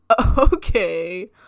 okay